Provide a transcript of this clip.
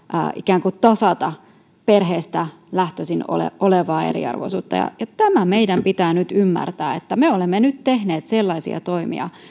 ikään kuin tasata perheestä lähtöisin olevaa eriarvoisuutta tämä meidän pitää nyt ymmärtää että me olemme nyt tehneet sellaisia toimia